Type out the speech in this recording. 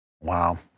Wow